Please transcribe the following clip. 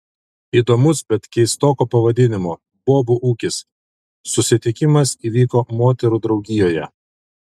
įdomus bet keistoko pavadinimo bobų ūkis susitikimas įvyko moterų draugijoje